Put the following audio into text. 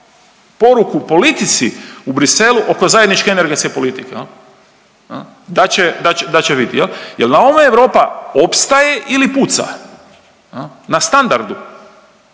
poruku politici u Bruxellesu oko zajedničke energetske politike. Da će, da će vidjeti, jer, na ovome Europa ostaje ili puca. Na standardu,